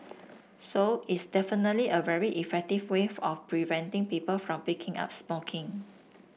so it's definitely a very effective wave of preventing people from picking up smoking